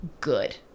good